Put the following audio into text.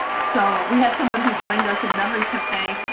so we had someone who joined us in memory cafe,